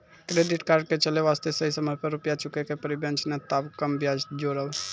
Credit card के चले वास्ते सही समय पर रुपिया चुके के पड़ी बेंच ने ताब कम ब्याज जोरब?